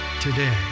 today